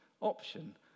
option